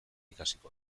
ikasiko